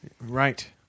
Right